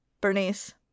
Bernice